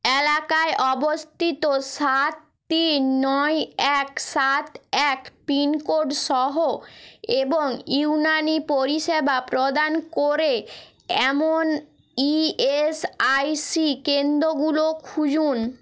এলাকায় অবস্থিত সাত তিন নয় এক সাত এক পিনকোডসহ এবং ইউনানী পরিষেবা প্রদান করে এমন ই এস আই সি কেন্দগুলো খুঁজুন